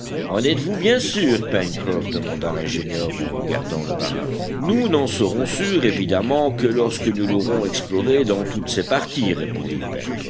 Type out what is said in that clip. en êtes-vous bien sûr pencroff demanda l'ingénieur en regardant le marin nous n'en serons sûrs évidemment que lorsque nous l'aurons explorée dans toutes ses parties répondit